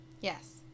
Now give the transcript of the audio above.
Yes